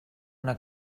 una